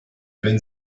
wenn